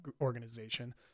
organization